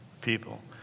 people